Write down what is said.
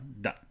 done